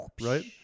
right